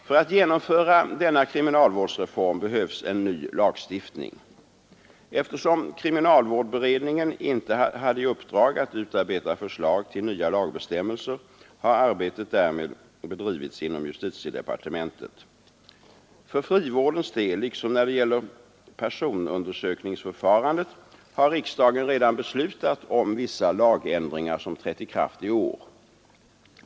För att genomföra denna kriminalvårdsreform behövs en ny lagstiftning. Eftersom kriminalvårdsberedningen inte hade i uppdrag att utarbeta förslag till nya lagbestämmelser har arbetet härmed bedrivits inom justitiedepartementet. För frivårdens del liksom när det gäller personundersökningsförfarandet har riksdagen redan beslutat om vissa lagändringar, som trätt i kraft i år.